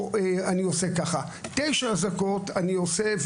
אני עושה ככה; תשע אזעקות אני עושה.